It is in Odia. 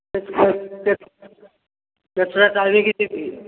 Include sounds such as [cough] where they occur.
କେତେ [unintelligible] କେତେ ତାରିଖ ଯିବି